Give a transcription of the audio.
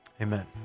Amen